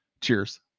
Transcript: Cheers